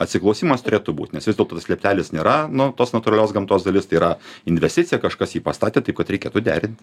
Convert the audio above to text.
atsiklausimas turėtų būt nes vis dėlto tas lieptelis nėra nu tos natūralios gamtos dalis tai yra investicija kažkas jį pastatė taip kad reikėtų derint